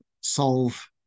solve